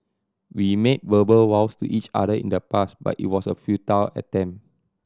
we made verbal vows to each other in the past but it was a futile attempt